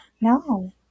no